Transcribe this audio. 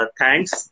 thanks